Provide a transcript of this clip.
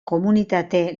komunitate